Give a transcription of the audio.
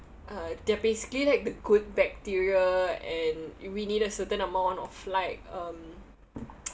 uh they're basically like the good bacteria and we need a certain amount of like um